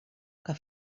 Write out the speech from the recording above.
que